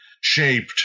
shaped